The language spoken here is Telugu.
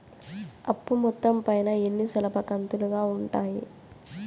అప్పు మొత్తం పైన ఎన్ని సులభ కంతులుగా ఉంటాయి?